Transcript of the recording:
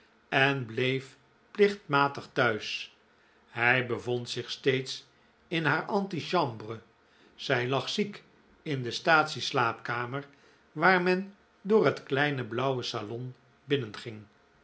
en bleef plichtmatig thuis hij bevond zich steeds in haar antichambre zij lag ziek in de statie slaapkamer waar men door het kleine blauwe salon binnenging